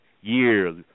years